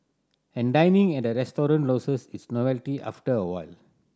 and dining at a restaurant loses its novelty after a while